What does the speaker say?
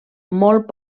molt